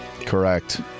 Correct